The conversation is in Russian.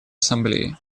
ассамблеи